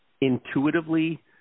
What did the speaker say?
intuitively